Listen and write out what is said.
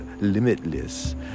limitless